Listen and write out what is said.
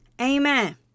Amen